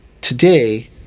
today